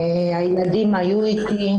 הילדים היו איתי.